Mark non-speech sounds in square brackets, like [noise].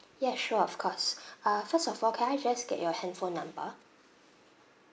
yeah sure of course [breath] uh first of all can I just get your handphone number